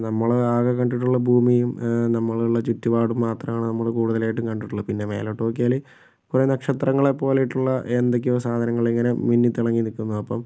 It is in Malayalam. നമ്മൾ ആകെ കണ്ടിട്ടുള്ള ഭൂമിയും നമ്മളുള്ള ചുറ്റുപാടും മാത്രമാണ് നമ്മൾ കൂടുതലായിട്ടും കണ്ടിട്ടുള്ളത് പിന്നെ മേലോട്ട് നോക്കിയാൽ കുറേ നക്ഷത്രങ്ങളെ പോലെയുള്ള എന്തൊക്കെയോ സാധനങ്ങളിങ്ങനെ മിന്നി തിളങ്ങി നിൽക്കുന്നു അപ്പം